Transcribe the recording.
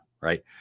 right